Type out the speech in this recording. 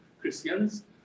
Christians